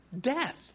death